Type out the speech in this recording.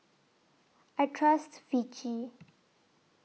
I Trust Vichy